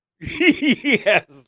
Yes